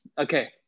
Okay